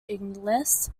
inglis